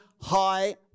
high